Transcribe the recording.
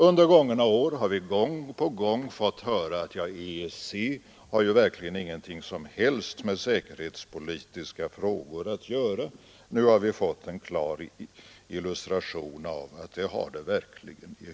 Under gångna år har vi gång på gång fått höra att EEC har ingenting som helst med säkerhetspolitiska frågor att göra. Nu har vi fått en klar illustration till att det har det i hög grad.